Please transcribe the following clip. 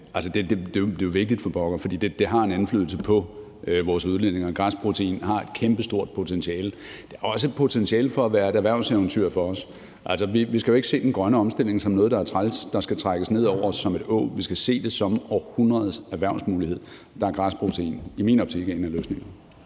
pokker er vigtigt, for det har en indflydelse på vores udledninger. Græsprotein har et kæmpestort potentiale, også potentiale til at være et erhvervseventyr for os. Vi skal jo ikke se den grønne omstilling som noget, der er træls, og som skal trækkes ned over os som et åg. Vi skal se det som århundredets erhvervsmulighed, og der er græsprotein i min optik en af løsningerne.